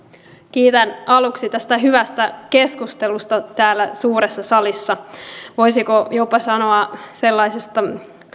kiitän aluksi tästä hyvästä keskustelusta täällä suuressa salissa voisiko jopa sanoa sellaisesta